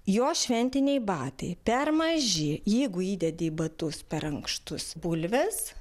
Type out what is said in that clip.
jo šventiniai batai per maži jeigu įdedi į batus per ankštus bulves